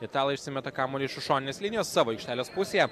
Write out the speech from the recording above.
italai išsimeta kamuolį iš už šoninės linijos savo aikštelės pusėje